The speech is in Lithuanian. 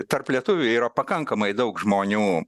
tarp lietuvių yra pakankamai daug žmonių